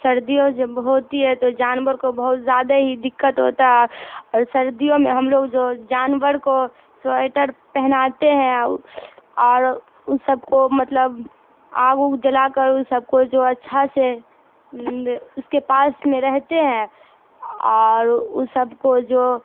سردیوں جب ہوتی ہے تو جانور کو بہت زیادہ ہی دقت ہوتا ہے اور سردیوں میں ہم لوگ جو جانور کو سویٹر پہناتے ہیں اور ان سب کو مطلب آگ اگ جلا کر اس سب کو جو اچھا سے اس کے پاس میں رہتے ہیں اور اس سب کو جو